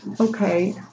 okay